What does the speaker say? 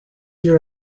your